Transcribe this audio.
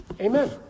Amen